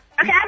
Okay